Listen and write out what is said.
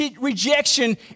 rejection